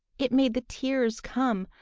it made the tears come.